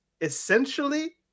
essentially